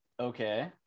Okay